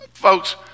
Folks